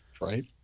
right